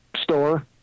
store